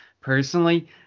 personally